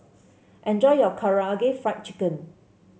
enjoy your Karaage Fried Chicken